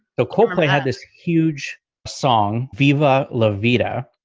the coldplay had this huge song, viva la vida,